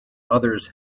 others